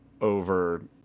over